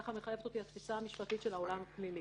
ככה מחייבת אותי התפישה המשפטית של העולם הפלילי.